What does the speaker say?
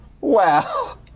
Wow